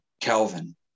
Kelvin